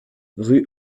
rue